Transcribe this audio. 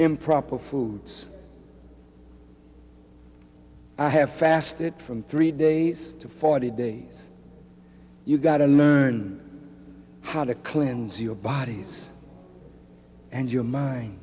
improper foods i have fasted from three days to forty days you got to know how to cleanse your bodies and your mind